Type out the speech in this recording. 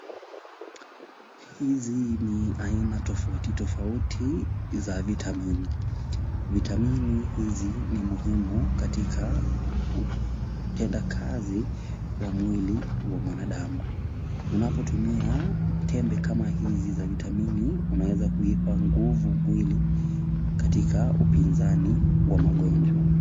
Hizi ni aina tofauti tofauti za vitamini. Vitamini hizi ni muhimu katika kutenda kazi kwa mwili wa mwanadamu. Unapotumia tembe kama hizi za vitamini, unaweza kuipa nguvu mwili, katika upinzani wa magonjwa.